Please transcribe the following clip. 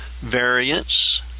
variance